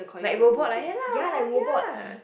like robot like that lah ya